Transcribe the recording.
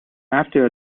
after